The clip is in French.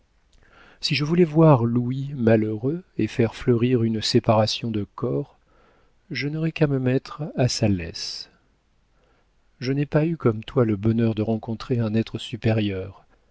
si je voulais voir louis malheureux et faire fleurir une séparation de corps je n'aurais qu'à me mettre à sa lesse je n'ai pas eu comme toi le bonheur de rencontrer un être supérieur